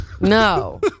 No